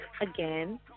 again